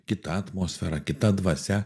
kita atmosfera kita dvasia